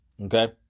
okay